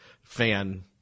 fan